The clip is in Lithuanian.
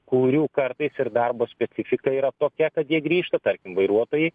kurių kartais ir darbo specifika yra tokia kad jie grįžta tarkim vairuotojai